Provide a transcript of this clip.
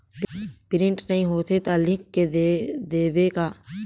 Print नइ होथे ता लिख के दे देबे का?